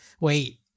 Wait